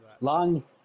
long